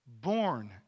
born